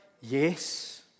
Yes